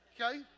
Okay